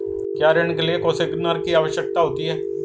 क्या ऋण के लिए कोसिग्नर की आवश्यकता होती है?